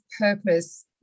purpose